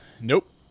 Nope